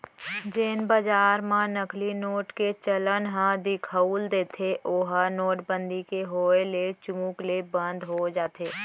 जेन बजार म नकली नोट के चलन ह दिखउल देथे ओहा नोटबंदी के होय ले चुमुक ले बंद हो जाथे